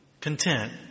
content